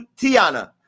Tiana